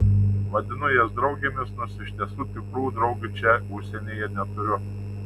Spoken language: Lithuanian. vadinu jas draugėmis nors iš tiesų tikrų draugių čia užsienyje neturiu